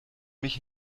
mich